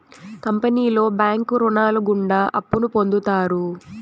కంపెనీలో బ్యాంకు రుణాలు గుండా అప్పును పొందుతారు